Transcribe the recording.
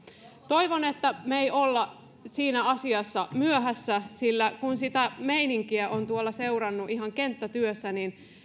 toivon että me emme ole siinä asiassa myöhässä sillä kun sitä meininkiä on tuolla seurannut ihan kenttätyössä niin